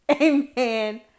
Amen